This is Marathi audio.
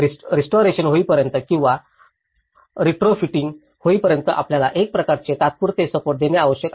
म्हणून रेस्टोरेशन होईपर्यंत किंवा रेट्रोफिटिंग होईपर्यंत आपल्याला एक प्रकारचे तात्पुरते सप्पोर्ट देणे आवश्यक आहे